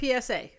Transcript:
PSA